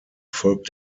folgt